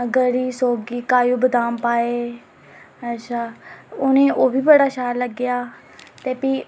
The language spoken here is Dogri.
गरी सौगी काजू बादाम पाए अच्छा उ'नें गी ओह्बी बड़ा शैल लग्गेआ ते भी